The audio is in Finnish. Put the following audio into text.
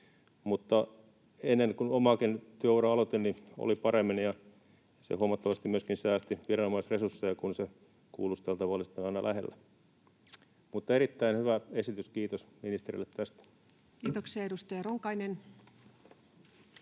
Mutta ennen, kun omaakin työuraani aloitin, oli paremmin, ja se huomattavasti myöskin säästi viranomaisresursseja, kun se kuulusteltava oli aina lähellä. Erittäin hyvä esitys, kiitos ministerille tästä. [Speech 115] Speaker: